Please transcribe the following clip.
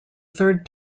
third